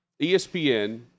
ESPN